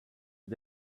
are